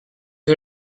you